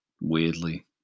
weirdly